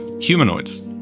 humanoids